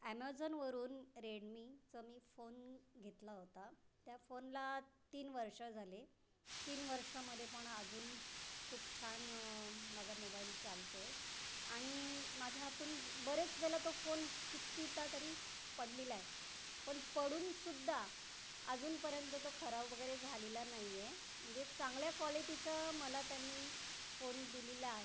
ॲमेझॉनवरून रेडमीचं मी फोन घेतला होता त्या फोनला तीन वर्ष झाले तीन वर्षामध्ये पण अजून खूप छान माझा मोबाईल चालतो आहे आणि माझ्या हातून बरेच वेळा तो फोन कितीदा तरी पडलेला आहे पण पडून सुद्धा अजूनपर्यंत तो खराब वगैरे झालेला नाही आहे म्हणजे चांगल्या क्वालिटीचा मला त्यांनी फोन दिलेला आहे